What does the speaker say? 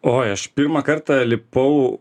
oi aš pirmą kartą lipau